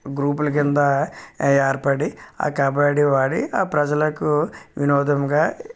గ్రూపుల కింద ఏర్పడి ఆ కబడ్డీ ఆడి ఆ ప్రజలకు వినోదంగా